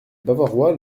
bavarois